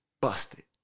busted